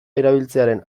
erabiltzearen